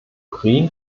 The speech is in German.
green